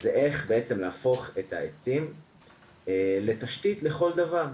זה איך בעצם להפוך את העצים לתשתית לכל דבר.